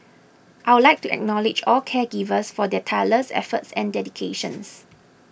I would like to acknowledge all caregivers for their tireless efforts and dedications